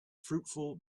fruitful